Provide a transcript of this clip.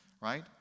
right